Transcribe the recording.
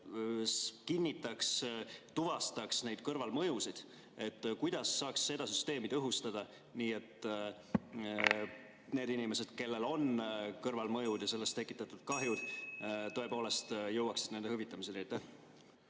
kinnitaks ja tuvastaks neid kõrvalmõjusid. Kuidas saaks süsteemi tõhustada nii, et need inimesed, kellel on kõrvalmõjud ja sellest tekkinud kahjud, tõepoolest jõuaksid selleni, et